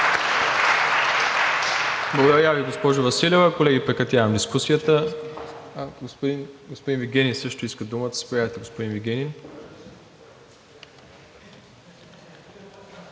Благодаря Ви, госпожо Василева. Колеги, прекратявам дискусията. Господин Вигенин също иска думата. Заповядайте, господин Вигенин.